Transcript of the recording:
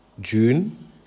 June